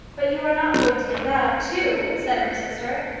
but you are not going to give that up too? said her sister.